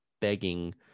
begging